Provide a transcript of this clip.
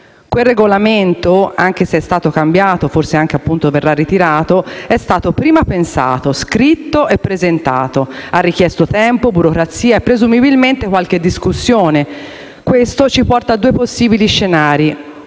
Quel regolamento, anche se è stato cambiato e forse verrà ritirato, è stato prima pensato, scritto e presentato. Ha richiesto tempo, burocrazia e presumibilmente qualche discussione. Questo ci porta a due possibili scenari.